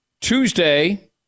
Tuesday